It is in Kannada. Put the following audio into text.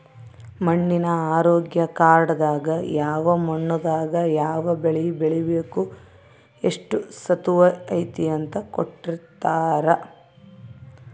ಮಣ್ಣಿನ ಆರೋಗ್ಯ ಕಾರ್ಡ್ ದಾಗ ಯಾವ ಮಣ್ಣು ದಾಗ ಯಾವ ಬೆಳೆ ಬೆಳಿಬೆಕು ಎಷ್ಟು ಸತುವ್ ಐತಿ ಅಂತ ಕೋಟ್ಟಿರ್ತಾರಾ